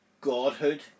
godhood